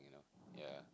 yeah